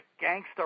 gangster